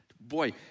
Boy